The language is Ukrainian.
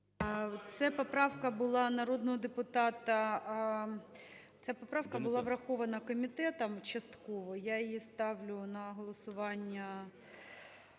Це поправка була народного депутата... Ця поправка була врахована комітетом частково, і я ї ставлю на голосування.